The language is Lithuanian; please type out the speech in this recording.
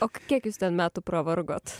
o kiek jūs ten metų pavargot